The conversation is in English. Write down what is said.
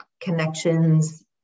connections